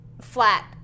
flat